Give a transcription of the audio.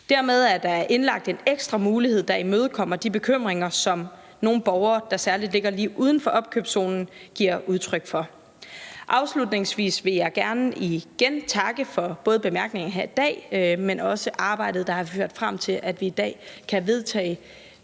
Dermed er der indeholdt en ekstra mulighed, der imødekommer de bekymringer, som især nogle borgere, der ligger lige uden for opkøbszonen, giver udtryk for. Afslutningsvis vil jeg gerne igen takke for både bemærkningerne her i dag, men også for det arbejde, der har ført frem til, at vi i dag kan vedtage